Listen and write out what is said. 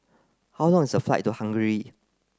how long is the flight to Hungary